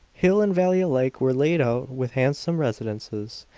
hill and valley alike were laid out with handsome residences,